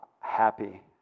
happy